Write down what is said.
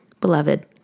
beloved